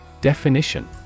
Definition